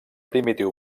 primitiu